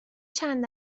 چند